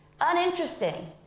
uninteresting